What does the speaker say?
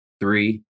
three